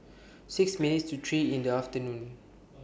six minutes to three in The afternoon